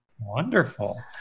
Wonderful